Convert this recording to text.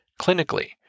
Clinically